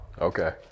Okay